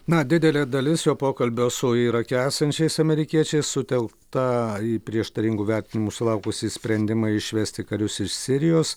na didelė dalis jo pokalbio su irake esančiais amerikiečiais sutelkta į prieštaringų vertinimų sulaukusį sprendimą išvesti karius iš sirijos